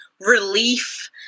relief